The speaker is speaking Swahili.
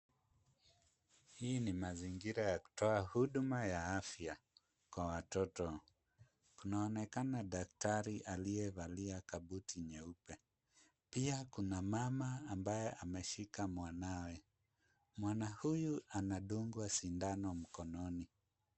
Hii mazingira ya kutoa huduma ya afya kwa watoto kunaonekana daktari aliyevalia kabuti nyeupe pia kuna mama ambaye ameshika mwanawe. Mwana huyu anadungwa sindano mkononi.